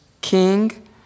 king